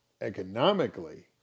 economically